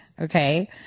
okay